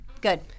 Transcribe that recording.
Good